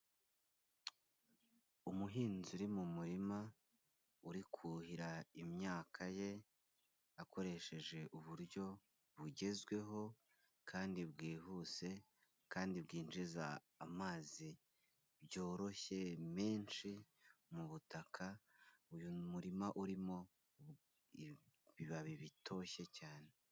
Umuhinzi uri mu muririma, uri kuhira imyaka ye akoresheje uburyo bugezweho kandi bwihuse, kandi bwinjiza amazi byoroshye menshi mubutaka, uyu murima urimo ibibabi bitoshye cyane.